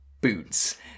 boots